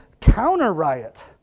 counter-riot